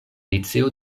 liceo